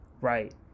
right